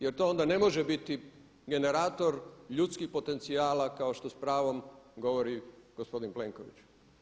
Jer to onda ne može biti generator ljudskih potencijala kao s pravom govori gospodin Plenković.